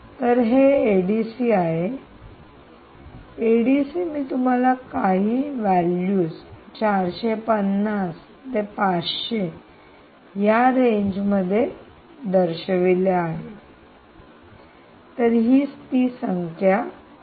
तर हे एडीसी आहे तर एडीसी मी तुम्हाला काही व्हॅल्यूज 450 500 अशा या रेंज मध्ये दर्शविले होते तर ही ती संख्या आहे